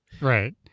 Right